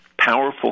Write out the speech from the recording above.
powerful